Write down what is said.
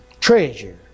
treasure